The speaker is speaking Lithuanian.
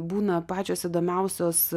būna pačios įdomiausios